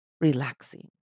relaxing